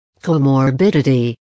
comorbidity